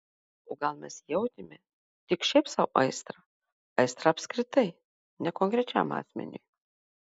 o gal mes jautėme tik šiaip sau aistrą aistrą apskritai ne konkrečiam asmeniui